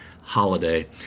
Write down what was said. holiday